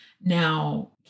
Now